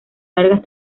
largas